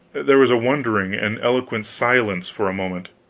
there was a wondering and eloquent silence for a moment,